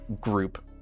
group